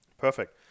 perfect